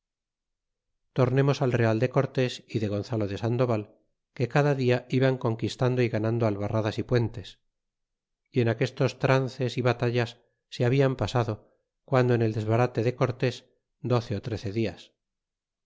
tornemos al real de cortés y de gonzalo de sandoval que cada dia iban conquistando y ganando albarradas y puentes y en aquestos trances y batallas se habian pasado guando en el desbarate de cortés doce trece dias